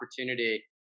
opportunity